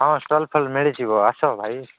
ହଁ ଷ୍ଟଲ ଫଲ୍ ମିଳିଯିବ ଆସ ଭାଇ